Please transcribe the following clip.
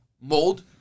mold